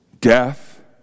death